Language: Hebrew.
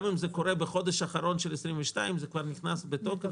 גם אם זה קורה בחודש האחרון של שנת 22 זה כבר נכנס בתוקף,